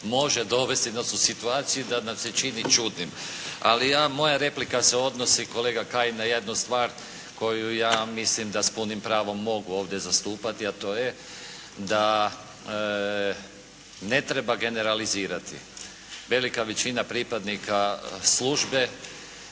može dovesti do situacije da nam se čini čudnim. Ali ja, moja replika se odnosi, kolega Kajin, na jednu stvar, koju ja, mislim da s punim pravom mogu ovdje zastupati a to je da ne treba generalizirati. Velika veličina pripadnika službe